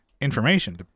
information